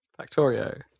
Factorio